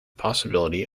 possibility